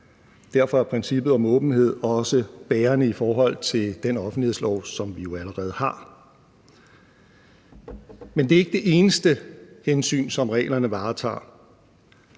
Derfor er princippet om åbenhed også bærende i forhold til den offentlighedslov, som vi jo allerede har. Men det er ikke det eneste hensyn, som reglerne varetager.